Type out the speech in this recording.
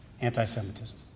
anti-semitism